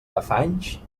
afanys